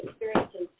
experiences